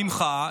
ממך,